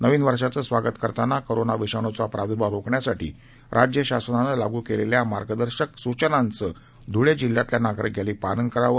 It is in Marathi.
नवीन वर्षाचे स्वागत करताना कोरोना विषाणूचा प्राद्भाव रोखण्यासाठी राज्य शासनाने लागू केलेल्या मार्गदर्शक सूचनांचे धुळे जिल्ह्यातील नागरिकांनी पालन करावे